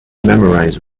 memorize